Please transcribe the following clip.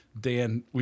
Dan